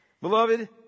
Beloved